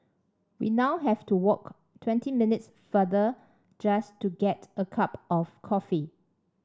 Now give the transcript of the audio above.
we now have to walk twenty minutes farther just to get a cup of coffee